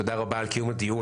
תודה רבה על קיום הדיון,